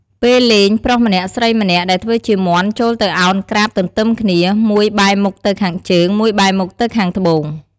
ពេលលេងប្រុសម្នាក់ស្រីម្នាក់ដែលធ្វើជាមាន់ចូលទៅឱនក្រាបទន្ទឹម គ្នា មួយបែរមុខទៅខាងជើង មួយបែរមុខទៅខាងត្បូង ។